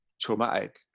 traumatic